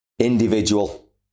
individual